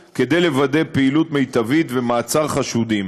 מתערבת ולא נוקטת עמדה בעניינים שקשורים לעבודה של